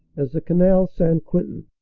as the canal st. quentin.